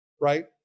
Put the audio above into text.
Right